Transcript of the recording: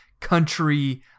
country